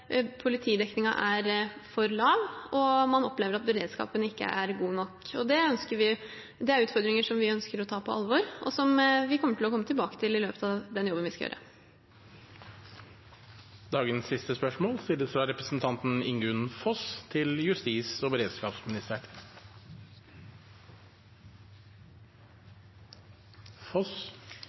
man opplever at beredskapen ikke er god nok. Det er utfordringer vi ønsker å ta på alvor, og som vi kommer til å komme tilbake til i løpet av den jobben vi skal gjøre. Jeg vil benytte anledningen til å ønske den nye justisministeren velkommen til Stortinget. «Hvorfor vil regjeringen reversere domstolsreformen når både Dommerforeningen og